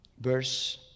verse